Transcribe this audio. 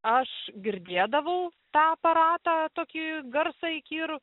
aš girdėdavau tą aparatą tokį garsą įkyrų